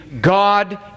God